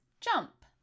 jump